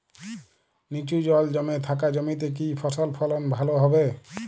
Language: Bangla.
নিচু জল জমে থাকা জমিতে কি ফসল ফলন ভালো হবে?